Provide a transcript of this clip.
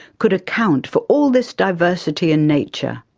could account for all this diversity in nature.